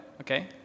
okay